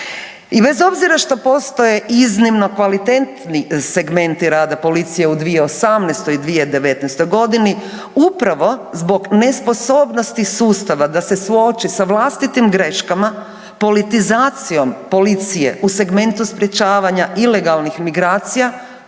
I bez obzira što postoje iznimno kvalitetni segmenti rada policije u 2018. i 2019. godini, upravo zbog nesposobnosti sustava da se suoči sa vlastitim greškama, politizacijom policije u segmentu sprječavanja ilegalnih migracija